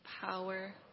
power